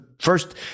first